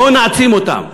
בואו נעצים אותם.